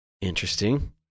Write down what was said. Interesting